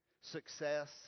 success